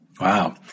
Wow